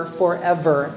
forever